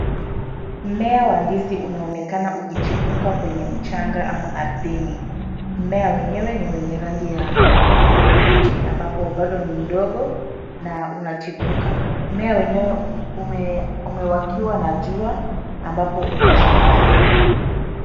Mmea wa ndizi unaonekana ukichipuka kwenye mchanga ama ardhini. Mmea wenyewe ni wa rangi ya kijani kibichi ambao ni mdogo na unachipuka. Mmea wenyewe umewakiwa na jua uko shambani.